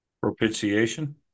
Propitiation